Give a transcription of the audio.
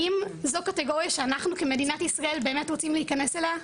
האם זו קטגוריה שאנחנו כמדינת ישראל באמת רוצים להיכנס אליה?